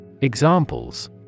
Examples